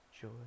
joy